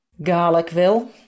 Garlicville